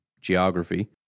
geography